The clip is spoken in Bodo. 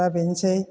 बेनोसै